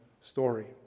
story